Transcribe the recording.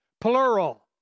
plural